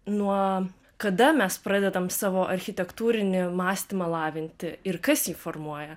nuo kada mes pradedam savo architektūrinį mąstymą lavinti ir kas jį formuoja